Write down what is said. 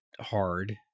hard